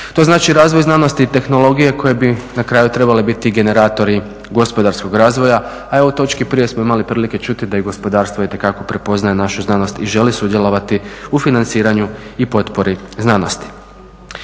to znači razvoj znanosti i tehnologije koje bi na kraju trebale biti generatori gospodarskog razvoja. A evo u točki prije smo imali prilike čuti da i gospodarstvo itekako prepoznaje našu znanost i želi sudjelovati u financiranju i potpori znanosti.